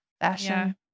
fashion